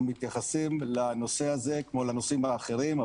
מתייחסים לנושא הזה כמו לנושאים האחרים,